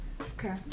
Okay